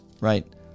right